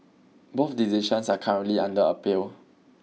both decisions are currently under appeal